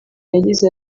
yagize